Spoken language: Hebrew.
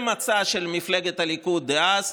למצע של מפלגת הליכוד דאז.